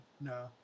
No